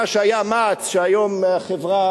מה שהיה מע"צ והיום זו,